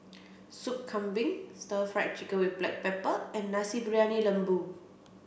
Sup Kambing Stir Fried Chicken with Black Pepper and Nasi Briyani Lembu